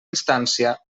instància